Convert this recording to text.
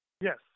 Yes